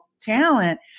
talent